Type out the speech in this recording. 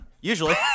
Usually